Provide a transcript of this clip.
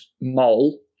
Mole